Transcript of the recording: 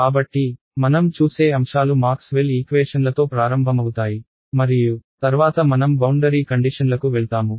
కాబట్టి మనం చూసే అంశాలు మాక్స్వెల్ ఈక్వేషన్లతోMaxwell's equations ప్రారంభమవుతాయి మరియు తర్వాత మనం బౌండరీ కండిషన్లకు వెళ్తాము